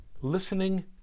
listening